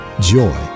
joy